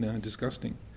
disgusting